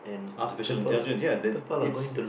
artificial intelligence ya that it's